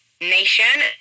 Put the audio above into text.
nation